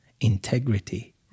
integrity